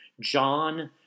John